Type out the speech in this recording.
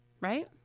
Right